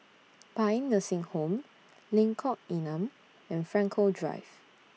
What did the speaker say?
Paean Nursing Home Lengkok Enam and Frankel Drive